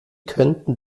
könnten